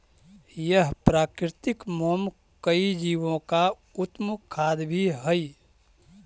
यह प्राकृतिक मोम कई जीवो का उत्तम खाद्य भी हई